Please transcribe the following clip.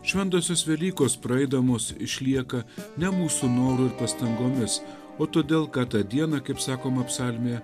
šventosios velykos praeidamos išlieka ne mūsų noru ir pastangomis o todėl kad tą dieną kaip sakoma psalmėje